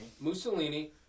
mussolini